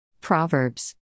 Proverbs